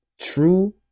true